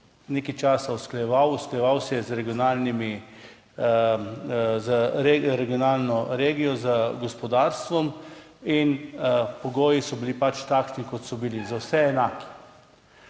nekaj časa usklajeval, usklajeval se je regionalno z regijo, z gospodarstvom in pogoji so bili pač takšni, kot so bili, za vse enaki.